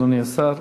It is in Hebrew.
אדוני השר.